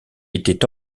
était